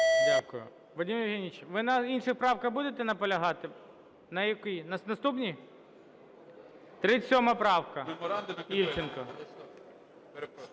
Дякую. Вадим Євгенович, ви на інших правках будете наполягати? На якій, на наступній? 37 правка. Івченко. 12:15:37